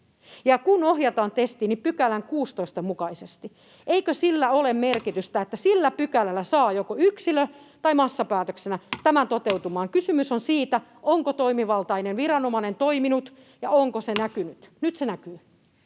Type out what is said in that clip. kun ohjataan testiin, niin 16 §:n mukaisesti. Eikö sillä ole merkitystä, että sillä pykälällä saa joko yksilö- tai massapäätöksenä tämän toteutumaan? Kysymys on siitä, onko toimivaltainen viranomainen toiminut ja onko se näkynyt. Nyt se näkyy.